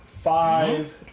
five